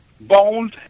bones